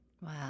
wow